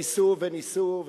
ניסו וניסו,